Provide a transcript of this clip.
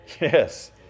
Yes